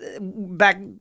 back